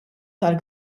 tal